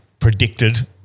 predicted